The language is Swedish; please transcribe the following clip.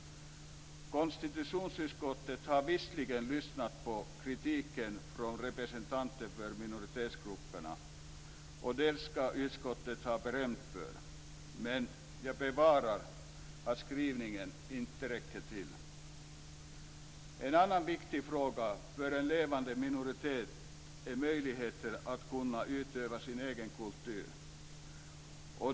Konstitutionsutskottet har visserligen lyssnat på kritiken från representanter för minoritetsgrupperna - och det ska utskottet ha beröm för. Men jag befarar att skrivningen inte räcker till. En annan viktig fråga för en levande minoritet är möjligheten att utöva sin egen kultur.